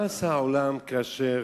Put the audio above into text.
מה עשה העולם כאשר